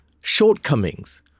shortcomings